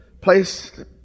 place